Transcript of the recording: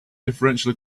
differential